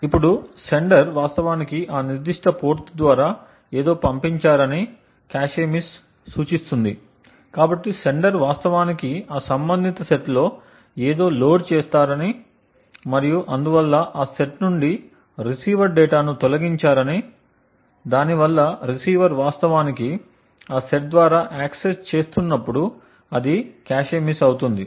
ఇప్పుడు సెండర్ వాస్తవానికి ఆ నిర్దిష్ట పోర్టు ద్వారా ఏదో పంపించారని 'కాష్ మిస్' సూచిస్తుంది కాబట్టి సెండర్ వాస్తవానికి ఆ సంబంధిత సెట్లో ఏదో లోడ్ చేసారని మరియు అందువల్ల ఆ సెట్ నుండి రిసీవర్ డేటాను తొలగించారని మరియు అందువల్ల రిసీవర్ వాస్తవానికి ఆ సెట్ ద్వారా యాక్సెస్ చేస్తున్నప్పుడు అది కాష్ మిస్ అవుతుంది